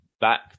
back